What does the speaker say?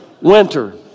Winter